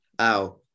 ow